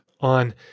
on